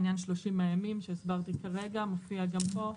עניין 30 ימים שהסברתי כרגע מופיע גם פה,